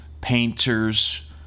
painters